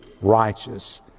righteous